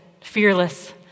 fearless